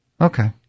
Okay